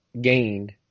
gained